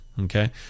okay